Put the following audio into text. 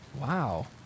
Wow